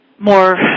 More